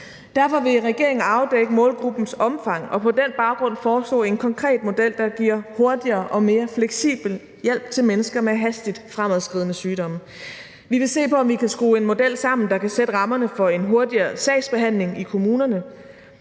Derfor vil regeringen afdække målgruppens omfang og på den baggrund foreslå en konkret model, der giver hurtigere og mere fleksibel hjælp til mennesker med et hastigt fremadskridende sygdomme. Vi vil se på, om vi kan skrue en model sammen, der kan sætte rammerne for en hurtigere sagsbehandling i kommunerne.